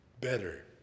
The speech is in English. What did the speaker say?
better